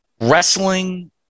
Wrestling